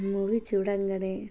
movie చూడగానే